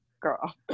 Girl